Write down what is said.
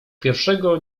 pierwszego